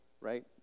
right